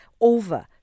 over